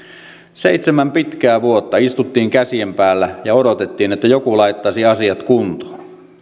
seitsemän pitkää vuotta istuttiin käsien päällä ja odotettiin että joku laittaisi asiat kuntoon